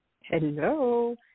Hello